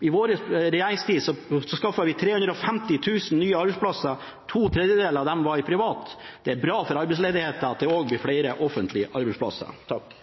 I vår regjeringstid skaffet vi 350 000 nye arbeidsplasser. To tredjedeler av dem var i privat sektor. Det er bra for arbeidsledigheten at det også er flere offentlige arbeidsplasser.